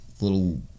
little